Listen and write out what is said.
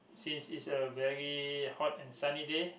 since it's a very hot and sunny day